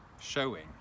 showing